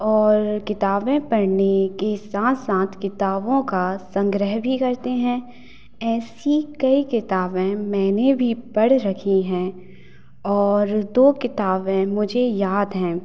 और किताबें पढ़ने के साथ साथ किताबों का संग्रह भी करते हैं ऐसी कई किताबें मैंने भी पढ़ रखी हैं और दो किताबें मुझे याद हैं